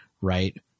right